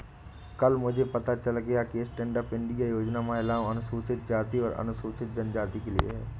कल मुझे पता चला कि स्टैंडअप इंडिया योजना महिलाओं, अनुसूचित जाति और अनुसूचित जनजाति के लिए है